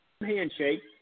handshake